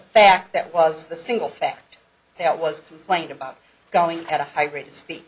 fact that was the single fact that was complained about going at a high rate speak